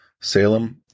Salem